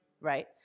Right